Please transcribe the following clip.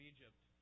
Egypt